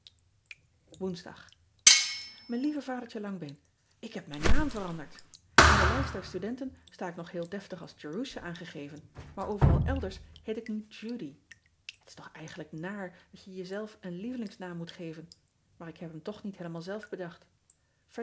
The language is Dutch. oensdag ijn lieve adertje angbeen k heb mijn naam veranderd n de lijst der studenten sta ik nog heel deftig als erusha aangegeven maar overal elders heet ik nu udy et is toch eigenlijk naar dat je jezelf een lievelingsnaam moet geven maar ik heb hem toch niet heelemaal zelf bedacht